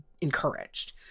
encouraged